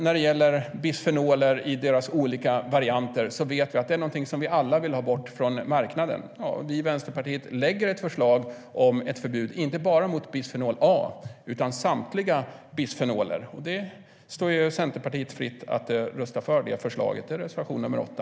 Vi vet att bisfenoler i deras olika varianter är någonting som vi alla vill ha bort från marknaden. Vi i Vänsterpartiet lägger fram ett förslag om förbud, inte bara mot bisfenol A utan mot samtliga bisfenoler. Det står Centerpartiet fritt att rösta för det förslaget. Det är reservation nr 8.